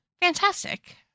fantastic